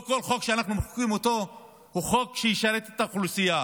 לא כל חוק שאנחנו מחוקקים הוא חוק שישרת את האוכלוסייה,